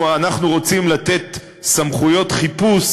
כאשר אנחנו רוצים לתת סמכויות חיפוש,